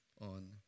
on